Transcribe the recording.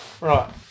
Right